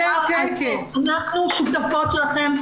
אנחנו שותפות שלכן.